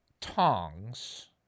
tongs